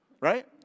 right